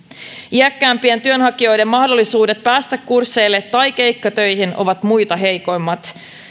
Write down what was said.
iäkkäämpien työnhakijoiden mahdollisuudet päästä kursseille tai keikkatöihin ovat muita heikommat